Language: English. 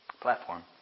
platform